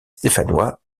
stéphanois